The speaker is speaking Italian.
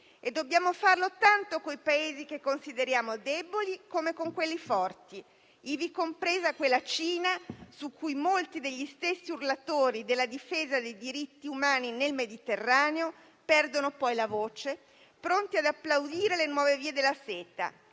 Dobbiamo farlo tanto con i Paesi che consideriamo deboli, come con quelli forti, ivi compresa la Cina, su cui molti degli stessi urlatori della difesa dei diritti umani nel Mediterraneo perdono poi la voce, pronti ad applaudire le nuove vie della seta,